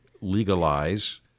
legalize